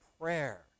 prayer